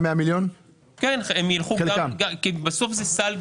הפנייה כוללת 294 מיליון ₪ 940 אלפי שקלים חדשים